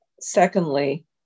Secondly